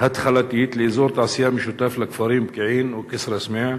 התחלתית לאזור תעשייה משותף לכפרים פקיעין וכסרא-סמיע.